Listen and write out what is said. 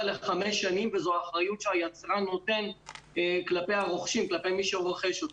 לחמש שנים וזו אחריות שהיצרן נותן כלפי מי שרוכש אותם.